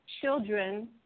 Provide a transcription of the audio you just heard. children